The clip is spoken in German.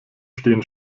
stehen